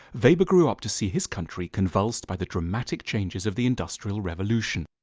weber grew up to see his country convulsed by the dramatic changes of the industrial revolution.